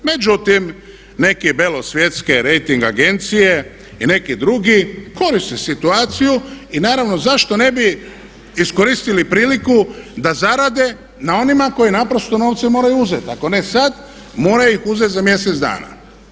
Međutim, neke belosvjetske rejting agencije i neki drugi koriste situaciju i naravno zašto ne bi iskoristili priliku da zarade na onima koji naprosto novce moraju uzeti, ako ne sad moraju ih uzeti za mjesec dana.